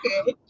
okay